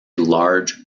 large